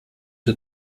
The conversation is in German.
der